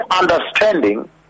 understanding